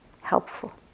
helpful